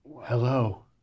Hello